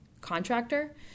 Contractor